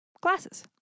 Glasses